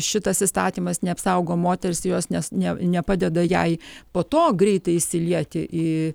šitas įstatymas neapsaugo moters jos nes ne nepadeda jai po to greitai įsilieti į